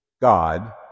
God